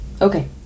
Okay